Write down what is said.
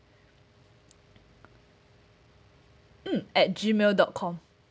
mm at G mail dot com